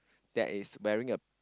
that is wearing a